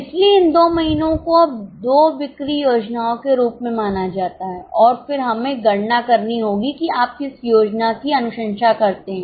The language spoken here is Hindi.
इसलिए इन दो महीनों को दो बिक्री योजनाओं के रूप में माना जाता है और फिर हमें गणना करनी होगी कि आप किस योजना की अनुशंसा करते हैं